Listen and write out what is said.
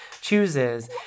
chooses